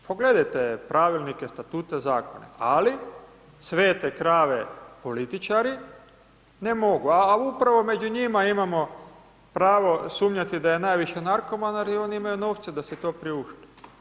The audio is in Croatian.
Pogledajte Pravilnike, Statute, Zakone, ali svete krave političari, ne mogu, al' upravo među njima imamo pravo sumnjati da je najviše narkomana, jer i oni imaju novce da si to priušte.